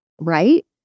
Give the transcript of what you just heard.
right